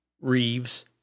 Reeves